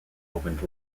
opened